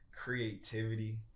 creativity